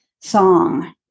song